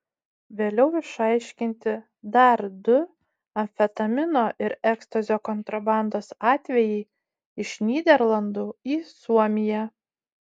vėliau išaiškinti dar du amfetamino ir ekstazio kontrabandos atvejai iš nyderlandų į suomiją